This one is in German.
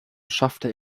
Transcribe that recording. schaffte